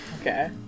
Okay